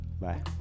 Bye